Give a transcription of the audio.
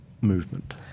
movement